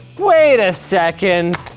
wait a second.